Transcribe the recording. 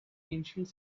ancient